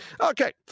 Okay